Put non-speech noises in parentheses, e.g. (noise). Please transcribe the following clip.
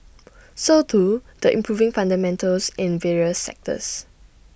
(noise) so too the improving fundamentals in various sectors